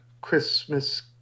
Christmas